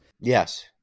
Yes